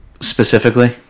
Specifically